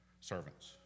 servants